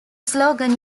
slogan